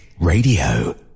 radio